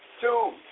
Two